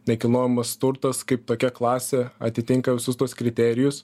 nekilnojamas turtas kaip tokia klasė atitinka visus tuos kriterijus